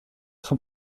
son